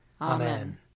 Amen